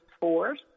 force